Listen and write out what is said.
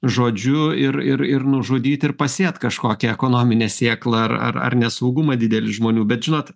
žodžiu ir ir ir nužudyt ir pasėt kažkokią ekonominę sėklą ar ar ar nesaugumą didelį žmonių bet žinot